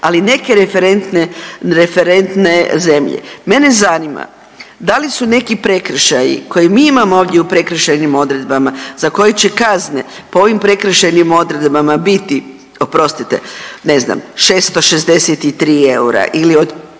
referentne, referentne zemlje. Mene zanima da li su neki prekršaji koje mi imamo ovdje u prekršajnim odredbama za koje će kazne po ovim prekršajnim odredbama biti, oprostite, ne znam 663 eura ili od